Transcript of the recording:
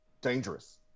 dangerous